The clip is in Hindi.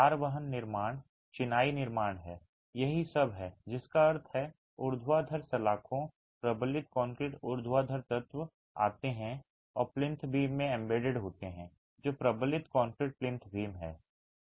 भार वहन निर्माण चिनाई निर्माण है यही सब है जिसका अर्थ है ऊर्ध्वाधर सलाखों प्रबलित कंक्रीट ऊर्ध्वाधर तत्व आते हैं और प्लिंथ बीम में एम्बेडेड होते हैं जो प्रबलित कंक्रीट प्लिंथ बीम है